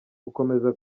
gukomeza